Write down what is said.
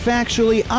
Factually